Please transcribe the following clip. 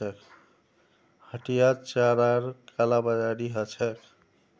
हटियात चारार कालाबाजारी ह छेक